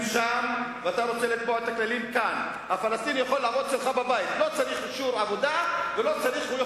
שם שר הפנים גם אחראי למשטרה ולבתי-הסוהר.